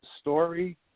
story